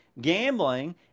gambling